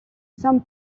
saint